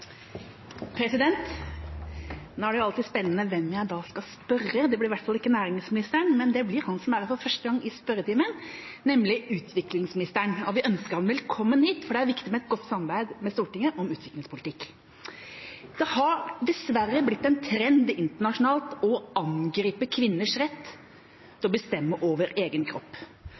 er jo alltid spennende hvem jeg nå skal spørre. Det blir i hvert fall ikke næringsministeren. Det blir ham som er her for første gang i spørretimen, nemlig utviklingsministeren. Og vi ønsker ham velkommen hit, for det er viktig med et godt samarbeid med Stortinget om utviklingspolitikk. Det har dessverre blitt en trend internasjonalt å angripe kvinners rett til å bestemme over egen kropp.